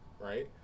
right